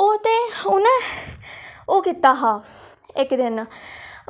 ओह् ते हून ओह् कीता हा इक दिन